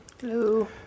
Hello